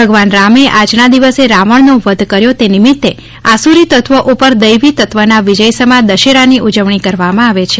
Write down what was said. ભગવાન રામે આજના દિવસે રાવણનો વઘ કર્યો તે નિમિત્તે આસુરી તત્વો ઉપર દૈવી તત્વના વિજયસમાદશેરાની ઉજવણી કરવામાં આવે છે